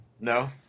No